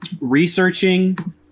researching